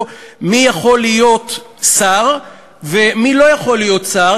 מי יכול להיות שר ומי לא יכול להיות שר,